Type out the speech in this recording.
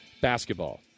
basketball